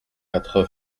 quatre